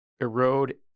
erode